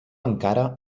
encara